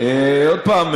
עוד פעם,